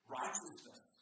righteousness